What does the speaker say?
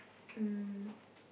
um